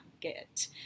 get